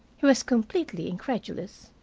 he was completely incredulous.